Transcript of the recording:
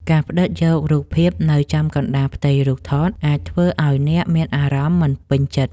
ការផ្តិតយករូបភាពនៅចំកណ្តាលផ្ទៃរូបថត អាចធ្វើឱ្យអ្នកមានអារម្មណ៍មិនពេញចិត្ត។